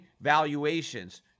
valuations